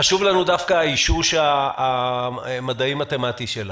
חשוב לנו דווקא האישוש המדעי-מתמטי שלה.